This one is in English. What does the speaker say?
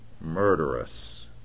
murderous